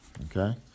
okay